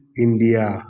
India